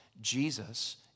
Jesus